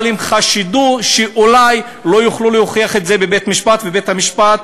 אבל הם חשדו שאולי לא יוכלו להוכיח את זה בבית-משפט ובית-המשפט